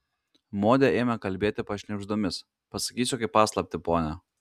modė ėmė kalbėti pašnibždomis pasakysiu kaip paslaptį pone